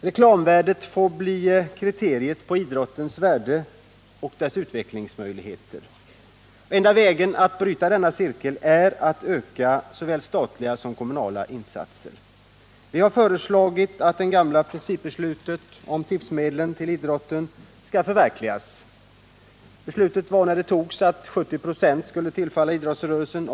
Reklamvärdet får bli kriteriet på idrottens värde och dess utvecklingsmöjligheter. Enda vägen att bryta denna cirkel är att öka såväl statliga som kommunala insatser. Vi har föreslagit att det gamla principbeslutet om tipsmedel till idrotten skall förverkligas. Beslutet innebar när det fattades att 70 96 av tipstjänsts vinster skulle tillfalla idrottsrörelsen.